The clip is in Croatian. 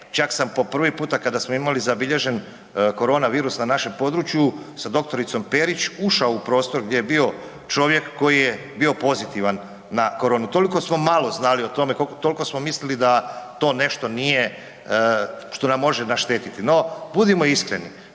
čak sam po prvi puta kada smo imali zabilježen korona virus na našem području sa dr. Perić ušao u prostor gdje je bio čovjek koji je bio pozitivan na koronu. Toliko smo malo znali o tome, toliko smo mislili da to nešto nije što nam može naštetiti. No budimo iskreni,